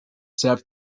serve